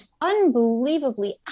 unbelievably